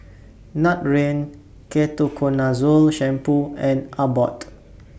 Nutren Ketoconazole Shampoo and Abbott